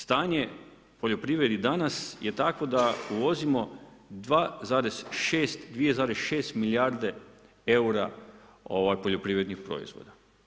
Stanje u poljoprivredi danas je takvo da uvozimo 2,6 milijarde eura poljoprivrednih proizvoda.